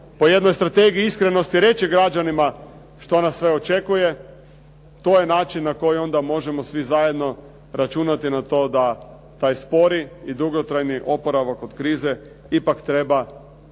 po jednoj strategiji iskrenosti reći građanima što nas sve očekuje, to je način onda na koji možemo svi zajedno računati na to da taj spori i dugotrajni oporavak od krize ipak treba biti